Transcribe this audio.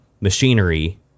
machinery